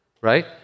Right